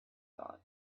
thought